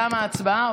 תמה ההצבעה.